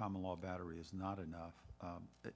common law battery is not enough but